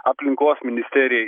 aplinkos ministerijai